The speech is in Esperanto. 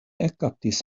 ekkaptis